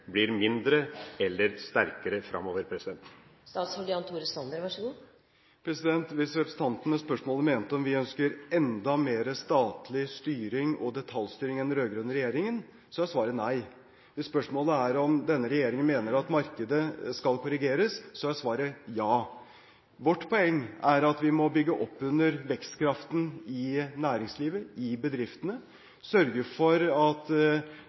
blir mindre eller sterkere framover? Hvis representanten Lundteigen med spørsmålet mente om vi ønsker enda mer statlig styring og detaljstyring enn den rød-grønne regjeringen, er svaret nei. Hvis spørsmålet er om denne regjeringen mener at markedet skal korrigeres, er svaret ja. Vårt poeng er at vi må bygge opp under vekstkraften i næringslivet, i bedriftene, sørge for at